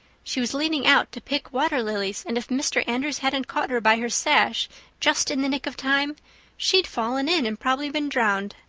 she was leaning out to pick water lilies and if mr. andrews hadn't caught her by her sash just in the nick of time she'd fallen in and prob'ly been drowned.